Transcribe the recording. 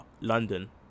London